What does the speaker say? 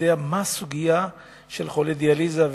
ואני יודע מהי הסוגיה של חולי דיאליזה.